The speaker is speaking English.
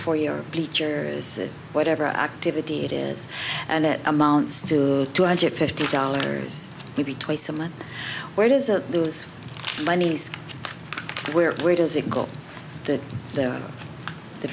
for your bleacher is whatever activity it is and it amounts to two hundred fifty dollars maybe twice a month where does that those monies where where does it go that the